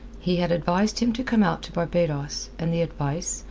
he had advised him to come out to barbados and the advice,